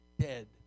dead